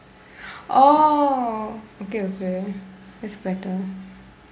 oh okay okay that's better